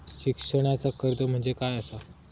शिक्षणाचा कर्ज म्हणजे काय असा?